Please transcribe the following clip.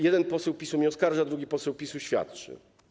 Jeden poseł PiS mnie oskarża, drugi poseł PiS-u świadczy.